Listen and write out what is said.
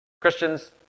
Christians